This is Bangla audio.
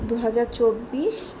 দু হাজার চব্বিশ